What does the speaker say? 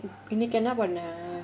இன்னிக்கி என்ன பண்ண:innikki enna panna